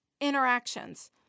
interactions